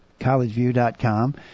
collegeview.com